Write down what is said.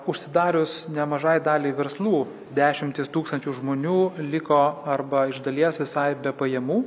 užsidarius nemažai daliai verslų dešimtys tūkstančių žmonių liko arba iš dalies visai be pajamų